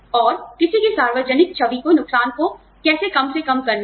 और किसी की सार्वजनिक छवि को नुकसान को कैसे कम से कम करना है